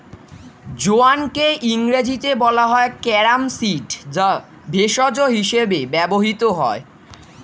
জোয়ানকে ইংরেজিতে বলা হয় ক্যারাম সিড যা ভেষজ হিসেবে ব্যবহৃত হয়